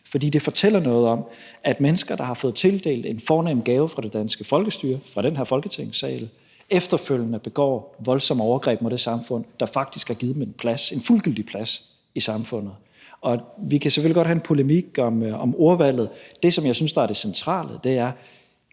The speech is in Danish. for det fortæller noget om, at mennesker, der har fået tildelt en fornem gave af det danske folkestyre fra den her Folketingssal, efterfølgende begår voldsomme overgreb mod det samfund, der faktisk har givet dem en fuldgyldig plads i samfundet. Og vi kan selvfølgelig godt have en polemik om ordvalget. Det, som jeg synes, der er det centrale, er